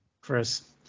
Chris